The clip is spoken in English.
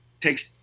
takes